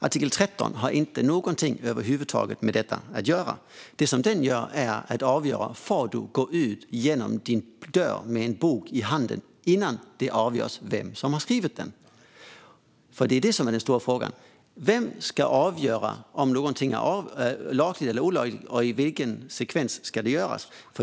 Artikel 13 har över huvud taget inget med detta att göra. Den avgör om man får gå ut genom sin dörr med en bok i handen innan det avgjorts vem som har skrivit den. Det som är den stora frågan är vem som ska avgöra om något är lagligt eller olagligt och i vilket skede det ska göras.